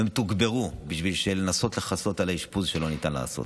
אבל הם תוגברו בשביל לנסות לכסות על האשפוז שלא ניתן לעשות.